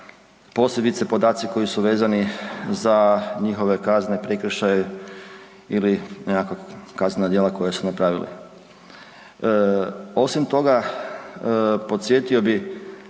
Posebice podaci koji su vezani za njihove kazne, prekršaje ili nekakva kaznena djela koja su napravili. Osim toga podsjetio bi